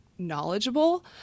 knowledgeable